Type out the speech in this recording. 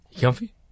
comfy